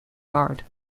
guard